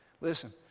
Listen